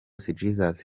jesus